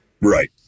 Right